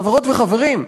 חברות וחברים,